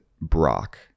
Brock